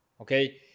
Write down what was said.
Okay